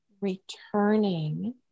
returning